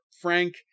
frank